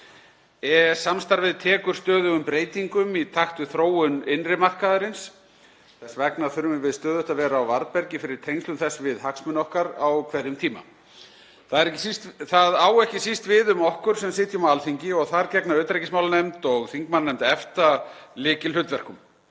EES-samstarfið tekur stöðugum breytingum í takt við þróun innri markaðarins. Þess vegna þurfum við stöðugt að vera á varðbergi fyrir tengslum þess við hagsmuni okkar á hverjum tíma. Það á ekki síst við um okkur sem sitjum á Alþingi og þar gegna utanríkismálanefnd og þingmannanefnd EFTA lykilhlutverkum.